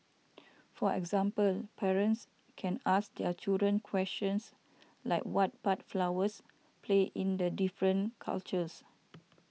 for example parents can ask their children questions like what part flowers play in the different cultures